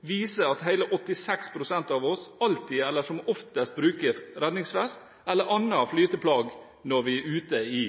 viser at hele 86 pst. av oss alltid eller som oftest bruker redningsvest eller annet flyteplagg, når vi er ute i